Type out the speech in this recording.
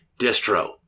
distro